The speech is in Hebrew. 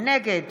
נגד